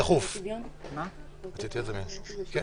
אני עוברת על הנוסח, יש דברים שאני